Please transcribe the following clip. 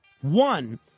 One